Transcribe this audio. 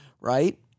right